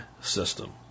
system